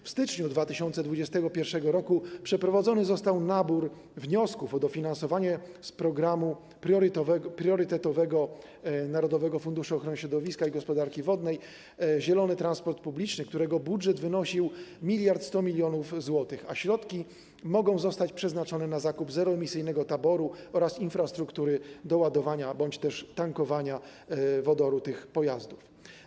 W styczniu 2021 r. przeprowadzony został nabór wniosków o dofinansowanie z programu priorytetowego Narodowego Funduszu Ochrony Środowiska i Gospodarki Wodnej „Zielony transport publiczny”, którego budżet wynosił 1100 mln zł, a środki mogą zostać przeznaczone na zakup zeroemisyjnego taboru oraz infrastruktury do ładowania bądź też tankowania wodorem tych pojazdów.